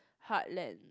heartlands